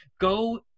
go